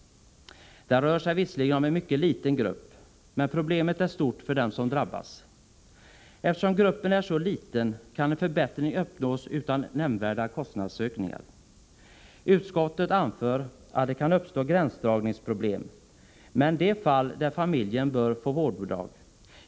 Det rör sig visserligen om en mycket liten grupp, men problemet är stort för dem som drabbas. Eftersom gruppen är så liten kan en förbättring uppnås utan nämnvärda kostnadsökningar. Utskottet anför att det kan uppstå gränsdragningsproblem med de fall där familjen bör få vårdbidrag.